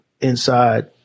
inside